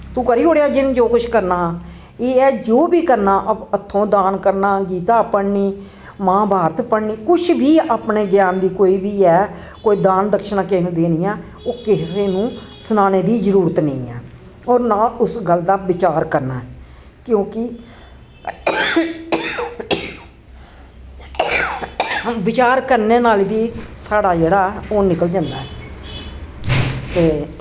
तूं करी ओड़ेआ जो कुछ करना हा एह् ऐ जो बी करना हत्थों दान करना गीता पढ़नी महाभारत पढ़नी कुछ बी अपने ज्ञान दी कोई बी ऐ कोई दान दक्षिणा किहे नूं देनी ऐ ओह् किसे नू सनाने दी जरूरत निं ऐ होर नां उस गल्ल दा बचार करना क्योंकि बचार करने नाल बी साढ़ा जेह्ड़ा ओह् निकल जंदा ऐ ते